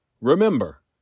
Remember